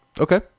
Okay